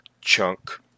chunk